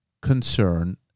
concern